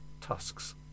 tusks